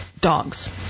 dogs